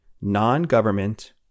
non-government